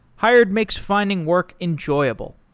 hired makes finding work enjoyable.